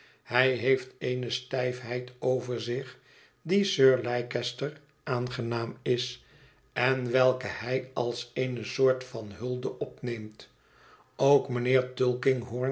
hij heeft eene stijfheid over zich die sir leicester aangenaam is en welke hij als eene soort van hulde opneemt ook mijnheer